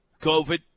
COVID